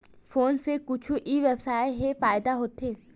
Phone से कुछु ई व्यवसाय हे फ़ायदा होथे?